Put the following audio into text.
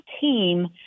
team